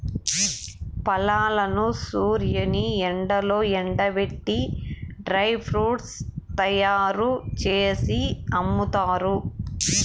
ఫలాలను సూర్యుని ఎండలో ఎండబెట్టి డ్రై ఫ్రూట్స్ తయ్యారు జేసి అమ్ముతారు